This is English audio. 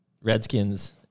Redskins